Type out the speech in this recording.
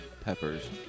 peppers